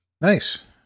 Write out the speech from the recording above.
Nice